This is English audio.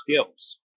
skills